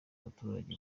abaturage